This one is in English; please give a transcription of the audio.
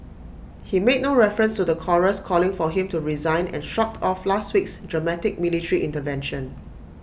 he made no reference to the chorus calling for him to resign and shrugged off last week's dramatic military intervention